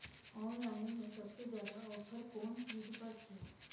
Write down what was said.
Online में सबसे ज्यादा ऑफर कोन चीज पर छे?